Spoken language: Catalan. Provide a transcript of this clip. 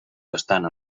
bastant